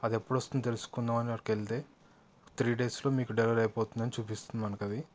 అది ఎప్పుడు వస్తుందని తెలుసుకుందాము అని అక్కడికి వెళ్తే త్రీ డేస్లో మీకు డెలివరీ అయిపోతుందని చూపిస్తుంది మనకది